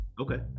Okay